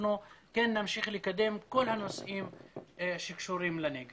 ואנחנו מחויבים להם כאזרחי ישראל.